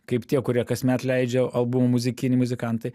kaip tie kurie kasmet leidžia albumą muzikinį muzikantai